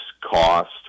cost